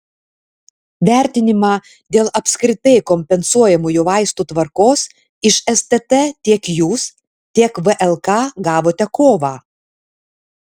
vertinimą dėl apskritai kompensuojamųjų vaistų tvarkos iš stt tiek jūs tiek vlk gavote kovą